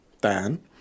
Dan